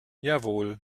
jawohl